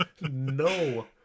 no